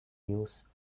news